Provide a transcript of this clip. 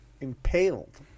impaled